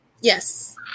Yes